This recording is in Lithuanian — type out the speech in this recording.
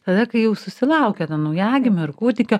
tada kai jau susilaukia to naujagimio ar kūdikio